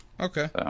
Okay